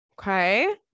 Okay